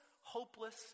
hopeless